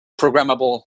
programmable